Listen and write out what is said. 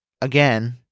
again